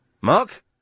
Mark